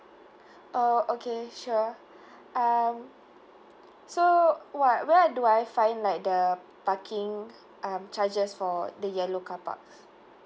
oh okay sure um so what where do I find like the parking um charges for the yellow car parks